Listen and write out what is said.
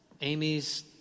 Amy's